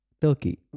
Turkey